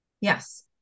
Yes